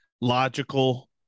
logical